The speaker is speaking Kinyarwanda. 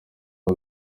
uyu